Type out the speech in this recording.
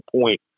point